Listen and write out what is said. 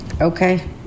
Okay